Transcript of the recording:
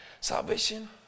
salvation